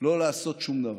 לא לעשות שום דבר.